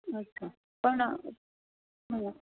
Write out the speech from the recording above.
अच्छा पण हां